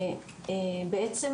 בעצם,